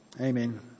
amen